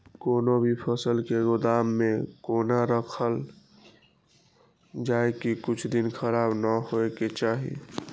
कोनो भी फसल के गोदाम में कोना राखल जाय की कुछ दिन खराब ने होय के चाही?